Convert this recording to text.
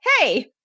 hey